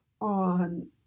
on